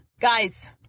Guys